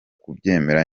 kubyemera